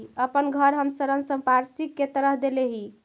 अपन घर हम ऋण संपार्श्विक के तरह देले ही